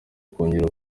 kongera